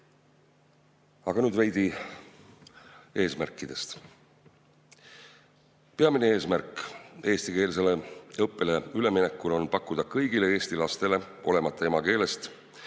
Aga nüüd veidi eesmärkidest. Peamine eesmärk eestikeelsele õppele üleminekul on pakkuda kõigile Eesti lastele olenemata nende emakeelest